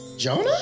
Jonah